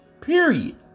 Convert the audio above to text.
period